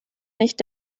nicht